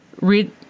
read